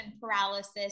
paralysis